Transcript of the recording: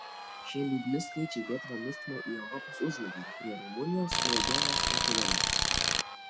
šie liūdni skaičiai lietuvą nustumia į europos užnugarį prie rumunijos moldovos makedonijos